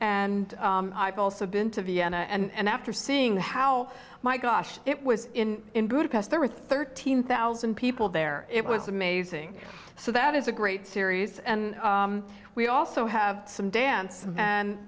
and i've also been to vienna and after seeing how my gosh it was in budapest there were thirteen thousand people there it was amazing so that is a great series and we also have some dance and